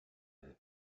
үһү